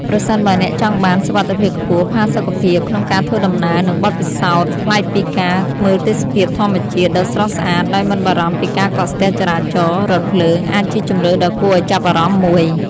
ប្រសិនបើអ្នកចង់បាន សុវត្ថិភាពខ្ពស់ ផាសុកភាព ក្នុងការធ្វើដំណើរ និងបទពិសោធន៍ប្លែកពីការ មើលទេសភាពធម្មជាតិ ដ៏ស្រស់ស្អាតដោយមិនបារម្ភពីការកកស្ទះចរាចរណ៍ រថភ្លើង អាចជាជម្រើសដ៏គួរឱ្យចាប់អារម្មណ៍មួយ។